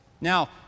Now